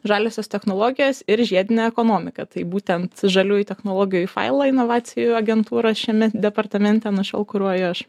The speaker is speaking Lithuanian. žaliosios technologijos ir žiedinė ekonomika tai būtent žaliųjų technologijų į failą inovacijų agentūrą šiame departamente nuo šiol kuruoju aš